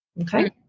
Okay